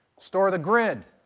store the grid.